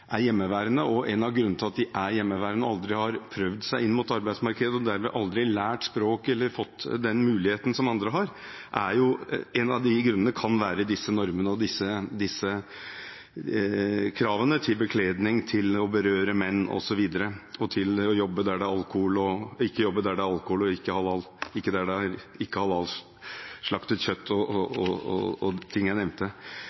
altså hjemmeværende. Og en av grunnene til at de er hjemmeværende og aldri har prøvd seg inn mot arbeidsmarkedet og derved aldri har lært språket eller fått den muligheten som andre har, kan være disse normene og kravene til bekledning, til ikke å berøre menn og til ikke å jobbe der det er alkohol og ikke halalslaktet kjøtt – ting jeg nevnte. Man kan spørre: Gjelder dette mange, gjelder det få? Jeg har ikke påtatt meg å ha et anslag på det,